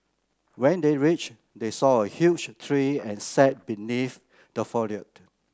when they reached they saw a huge tree and sat beneath the